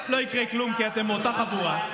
לא יקרה כלום, כי אתם מאותה חבורה.